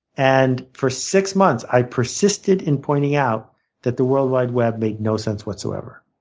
and for six months, i persisted in pointing out that the worldwide web made no sense whatsoever.